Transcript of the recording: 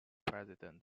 president